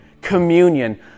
communion